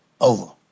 Over